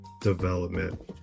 development